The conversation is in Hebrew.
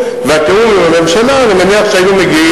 אם כבר חזרתם למקור